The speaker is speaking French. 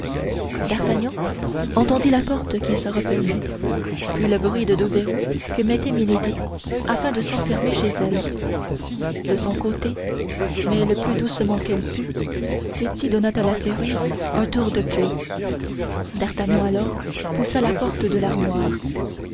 d'artagnan entendit la porte qui se refermait puis le bruit de deux verrous que mettait milady afin de s'enfermer chez elle de son côté mais le plus doucement qu'elle put ketty donna à la serrure un tour de clef d'artagnan alors poussa la porte de l'armoire